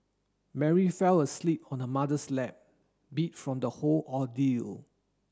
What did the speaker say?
Mary fell asleep on her mother's lap beat from the whole ordeal